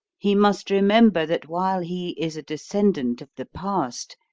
he must remember that while he is a descendant of the past,